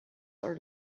are